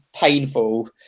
painful